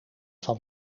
van